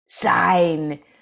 Sign